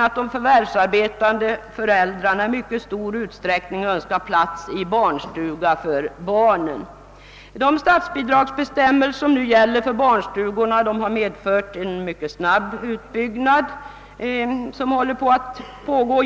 att de förvärvsarbetande föräldrarna i mycket stor utsträckning önskar plats för sina barn i barnstugorna. De statsbidragsbestämmelser som gäller för barnstugor har medfört en mycket snabb utbyggnad, som just nu pågår.